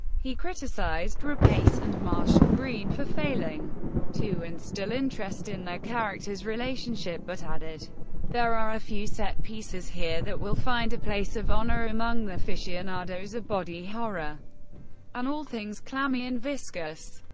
he criticized rapace and marshall-green marshall-green for failing to instill interest in their characters' relationship, but added there are a few set pieces here that will find a place of honor among aficionados of body horror and all things clammy and viscous.